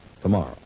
tomorrow